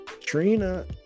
Trina